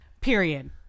period